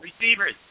Receivers